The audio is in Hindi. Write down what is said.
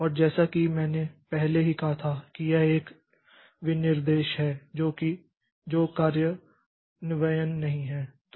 और जैसा कि मैंने पहले ही कहा था कि यह एक विनिर्देश है जो कार्यान्वयन नहीं है